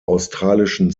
australischen